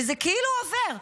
וזה כאילו עובר.